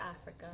Africa